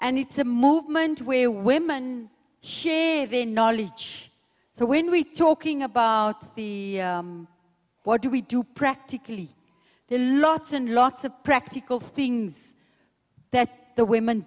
and it's a movement where women share the knowledge so when we talking about the what do we do practically lots and lots of practical things that the women